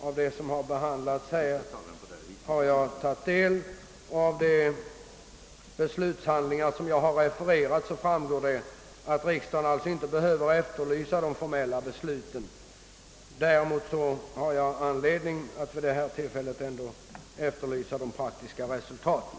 Av vad som här behandlats har jag tagit del, och av de beslutshandlingar vilka jag har refererat framgår, att riksdagen alltså inte behöver efterlysa de formella besluten. Däremot har jag anledning att för detta tillfälle ändå efterlysa de praktiska resultaten.